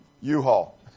U-Haul